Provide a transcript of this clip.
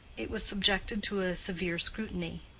it was subjected to a severe scrutiny,